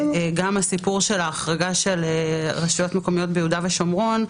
גם סיפור ההחרגה של רשויות מקומיות ביהודה ושומרון,